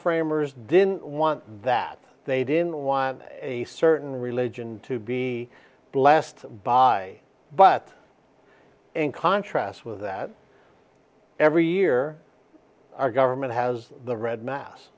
framers didn't want that they didn't want a certain religion to be blessed by but in contrast with that every year our government has the red mass